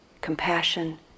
compassion